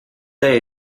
day